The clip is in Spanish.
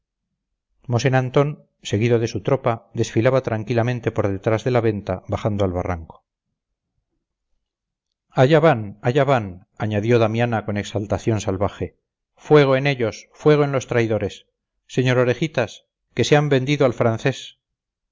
amigos mosén antón seguido de su tropa desfilaba tranquilamente por detrás de la venta bajando al barranco allá van allá van añadió damiana con exaltación salvaje fuego en ellos fuego en los traidores sr orejitas que se han vendido al francés